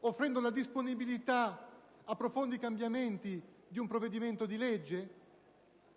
offrendo la disponibilità a profondi cambiamenti di un provvedimento di legge?